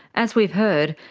as we've heard,